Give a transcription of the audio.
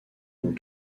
dans